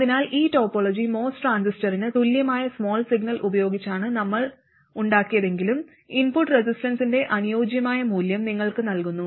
അതിനാൽ ഈ topology MOS ട്രാൻസിസ്റ്ററിന് തുല്യമായ സ്മാൾ സിഗ്നൽ ഉപയോഗിച്ചാണ് നമ്മൾ ഉണ്ടാക്കിയതെങ്കിലും ഇൻപുട്ട് റെസിസ്റ്റൻസിന്റെ അനുയോജ്യമായ മൂല്യം നിങ്ങൾക്ക് നൽകുന്നു